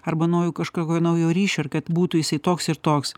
arba noriu kažkokio naujo ryšio ir kad būtų jisai toks ir toks